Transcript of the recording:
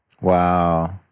Wow